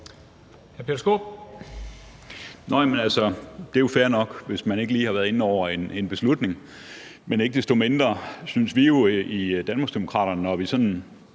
det er jo fair nok, hvis man ikke lige har været inde over en beslutning. Men ikke desto mindre synes vi jo i Danmarksdemokraterne, at vi sådan